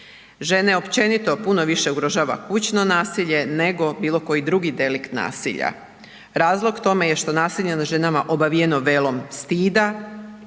Žene općenito puno više ugrožava kućno nasilje nego bilo koji drugi delikt nasilja. Razlog tome je što nasilje nad ženama obavijeno velom stida